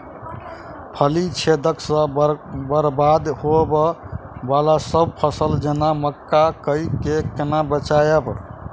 फली छेदक सँ बरबाद होबय वलासभ फसल जेना मक्का कऽ केना बचयब?